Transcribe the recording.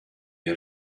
had